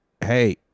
hey